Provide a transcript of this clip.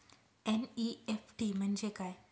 NEFT म्हणजे काय?